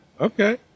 okay